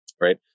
right